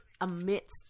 amidst